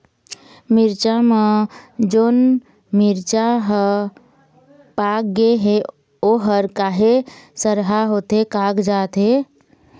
मिरचा म जोन मिरचा हर पाक गे हे ओहर काहे सरहा होथे कागजात हे?